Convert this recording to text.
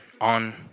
on